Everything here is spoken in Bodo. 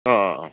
अ